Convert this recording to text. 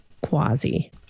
Quasi